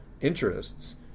interests